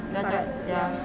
dia ya